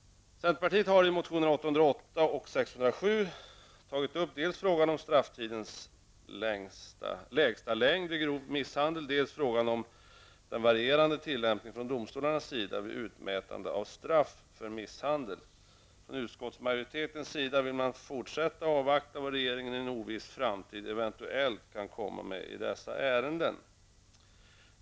Centerpartiet har i motionerna 808 och 607 tagit upp dels frågan om den kortaste strafftiden vid grov misshandel, dels frågan om domstolarnas varierande tillämpning vid utmätande av straff för misshandel. Utskottmajoriteten vill fortsätta att avvakta vad regeringen i en oviss framtid eventuellt kan komma med i dessa ärenden.